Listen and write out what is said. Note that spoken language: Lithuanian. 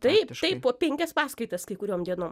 taip taip po penkias paskaitas kai kurioms dienom